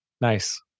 Nice